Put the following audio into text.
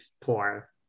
poor